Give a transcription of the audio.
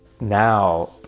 Now